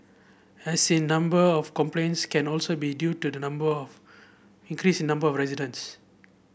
as in number of complaints can also be due to the number of increase the number of residents